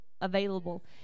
available